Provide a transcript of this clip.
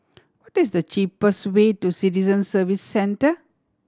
what is the cheapest way to Citizen Service Centre